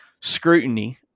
scrutiny